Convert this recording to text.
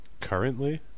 Currently